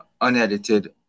unedited